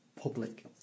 public